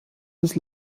des